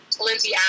Lindsey